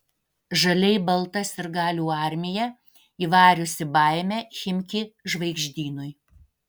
žaliai balta sirgalių armija įvariusi baimę chimki žvaigždynui